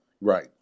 Right